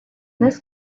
this